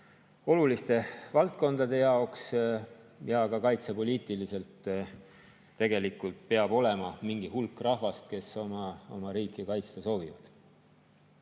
oluliste valdkondade jaoks, ja ka kaitsepoliitiliselt peab olema mingi hulk rahvast, kes oma riiki kaitsta soovib.